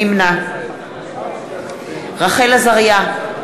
נמנע רחל עזריה,